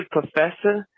Professor